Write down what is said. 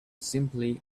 simply